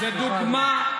זאת דוגמה.